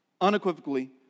unequivocally